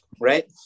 right